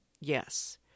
yes